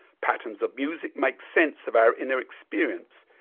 patterns of music make sense of our inner experience,